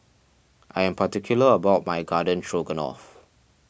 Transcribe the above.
I am particular about my Garden Stroganoff